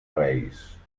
reis